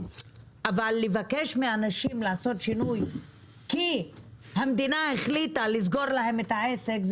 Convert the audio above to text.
לבקש מאנשים לעשות שינוי כי המדינה החליטה לסגור להם את העסק,